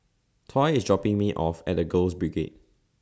Tory IS dropping Me off At The Girls Brigade